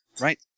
Right